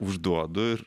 užduodu ir